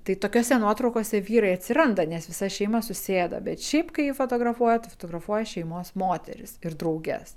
tai tokiose nuotraukose vyrai atsiranda nes visa šeima susėda bet šiaip kai fotografuoja tai fotografuoja šeimos moteris ir drauges